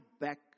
back